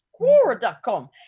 Quora.com